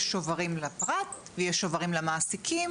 יש שוברים לפרט ויש שוברים למעסיקים,